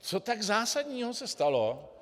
Co tak zásadního se stalo?